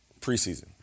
preseason